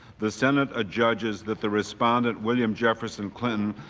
the senate adjudges that the respondent, william jefferson clinton,